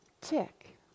tick